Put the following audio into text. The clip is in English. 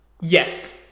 Yes